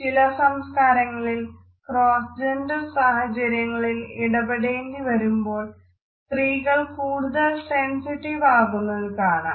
ചില സംസ്കാരങ്ങളിൽ ക്രോസ്ജൻഡർ സാഹചര്യങ്ങളിൽ ഇടപെടേണ്ടി വരുമ്പോൾ സ്ത്രീകൾ കൂടുതൽ സെൻസിറ്റീവ് ആകുന്നത് കാണാം